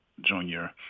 junior